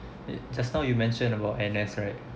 eh just now you mentioned about N_S right